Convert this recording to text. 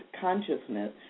consciousness